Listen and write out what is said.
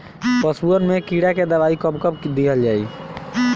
पशुअन मैं कीड़ा के दवाई कब कब दिहल जाई?